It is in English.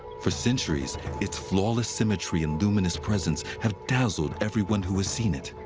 for centuries, its flawless symmetry and luminous presence have dazzled everyone who has seen it,